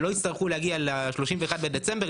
ולא יצטרכו להגיע ל-31 בדצמבר,